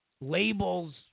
labels